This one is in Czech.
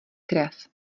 krev